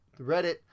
Reddit